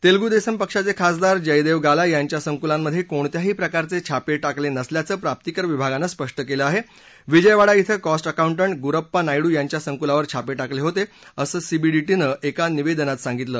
तस्मू दर्सि पक्षाचखिसदार जयदर्ध भाला यांच्या संकुलांमध्य क्रीणत्याही प्रकारच छिपटिकल निसल्याचं प्राप्तिकर विभागानं स्पष्ट कलि आहा पिजयवाडा इथं कॉस्ट अकाउंटंट गुरप्पा नायडू यांच्या संकुलावर छापटिकलहित असं सीबीडीटीनं एका निवडित सांगितलं